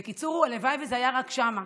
בקיצור, הלוואי שזה היה רק שם,